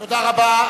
תודה רבה.